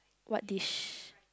what dish